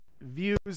views